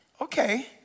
Okay